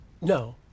No